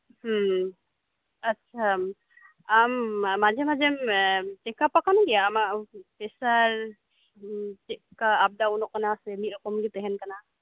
ᱦᱮᱸ ᱦᱮᱸ ᱟᱪᱷᱟ ᱟᱢ ᱢᱟᱡᱷᱮ ᱢᱟᱡᱷᱮᱢ ᱪᱮᱠᱟᱵ ᱟᱠᱟᱱ ᱜᱮᱭᱟ ᱟᱢᱟᱜ ᱯᱮᱥᱟᱨ ᱪᱮᱫᱞᱮᱠᱟ ᱟᱯᱰᱟᱣᱩᱱᱚᱜ ᱠᱟᱱᱟ ᱥᱮ ᱢᱤᱫᱨᱚᱠᱚᱢᱜᱤ ᱛᱟᱦᱮᱸᱱ ᱠᱟᱱᱟ